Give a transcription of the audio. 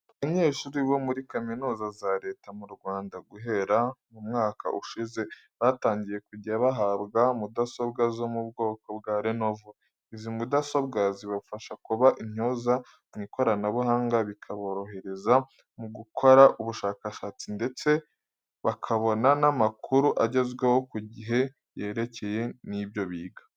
Abanyeshuri bo muri kaminuza za leta mu Rwanda guhera mu mwaka ushize batangiye kujya bahabwa mudasobwa zo mu bwoko bwa lenovo. Izi mudasobwa zibafasha kuba intyoza mu ikoranabuhanga bikabohereza mu gukora ubushakashatsi ndetse bakabona n'amakuru agezweho ku gihe yerekeranye n'ibyo biga.